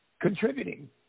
contributing